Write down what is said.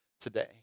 today